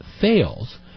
fails